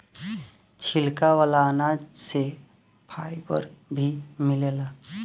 छिलका वाला अनाज से फाइबर भी मिलेला